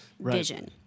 vision